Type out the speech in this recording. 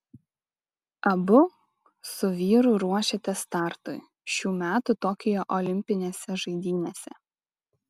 abu su vyru ruošėtės startui šių metų tokijo olimpinėse žaidynėse